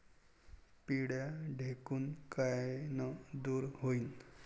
पिढ्या ढेकूण कायनं दूर होईन?